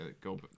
go